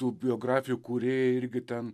tų biografijų kūrėjai irgi ten